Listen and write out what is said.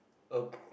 a